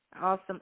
Awesome